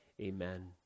Amen